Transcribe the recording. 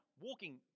walking